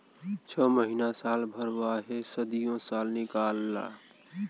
छ महीना साल भर वाहे सदीयो साल निकाल ला